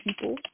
people